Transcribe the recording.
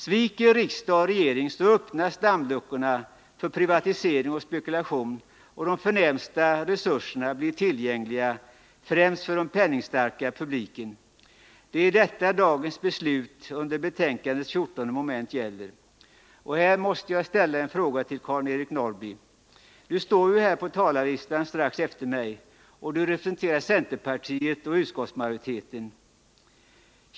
Sviker riksdag och regering så öppnas dammluckorna för privatisering och spekulation, och de förnämsta resurserna blir tillgängliga främst för den penningstarka publiken. Det är detta som dagens beslut under betänkandets 14 mom. gäller. Här måste jag ställa en fråga till Karl-Eric Norrby, som står på talarlistan strax efter mig och som representerar centerpartiet och utskottsmajoriteten.